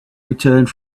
returned